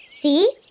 See